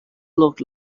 look